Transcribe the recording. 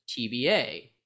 TBA